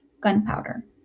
Gunpowder